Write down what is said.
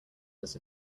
does